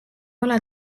ole